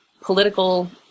political